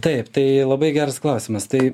taip tai labai geras klausimas tai